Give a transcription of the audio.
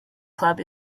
club